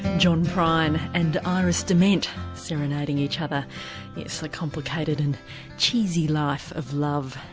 john prine and iris dement serenading each other yes, the complicated and cheesy life of love.